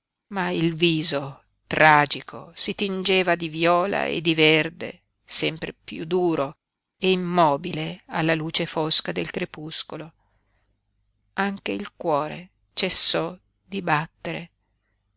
ma il viso tragico si tingeva di viola e di verde sempre piú duro e immobile alla luce fosca del crepuscolo anche il cuore cessò di battere